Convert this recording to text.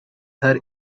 her